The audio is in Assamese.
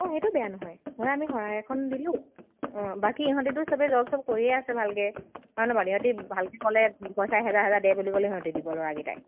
অঁ সেইটো বেয়া নহয় ধৰা আমি শৰাই এখন দিলোঁ বাকী ইহঁতিটো চবে জব চব কৰিয়ে আছে ভালকৈ হয় ন বাৰু ইহঁতি ভালকৈ ক'লে পইচা এহেজাৰ এহেজাৰ দে বুলি ক'লে সিহঁতি দিব ল'ৰাকেইটায়